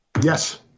Yes